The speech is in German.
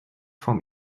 vom